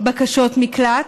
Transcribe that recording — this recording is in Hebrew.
בקשות מקלט,